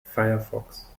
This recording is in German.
firefox